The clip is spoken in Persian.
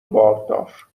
باردار